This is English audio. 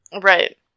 Right